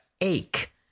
ache